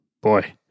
Boy